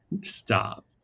Stop